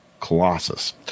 Colossus